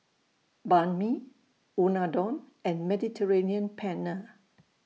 Banh MI Unadon and Mediterranean Penne